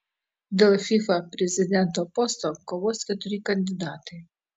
dėl fifa prezidento posto kovos keturi kandidatai